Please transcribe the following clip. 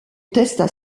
testa